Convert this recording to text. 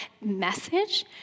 message